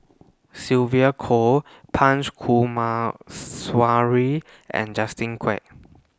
Sylvia Kho Punch Coomaraswamy and Justin Quek